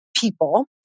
people